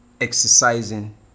exercising